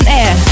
air